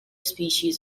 species